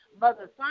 Mother